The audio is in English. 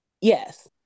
Yes